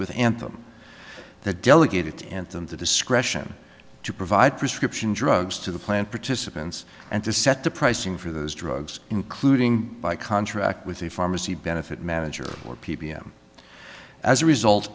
with anthem that delegated anthem the discretion to provide prescription drugs to the plant participants and to set the pricing for those drugs including by contract with the pharmacy benefit manager or p p m as a result